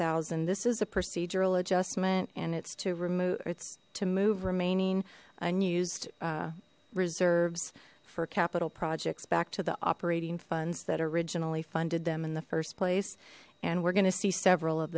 zero this is a procedural adjustment and it's to remove its to move remaining unused reserves for capital projects back to the operating funds that originally funded them in the first place and we're going to see several of